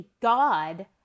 God